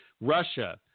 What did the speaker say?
Russia